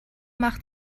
macht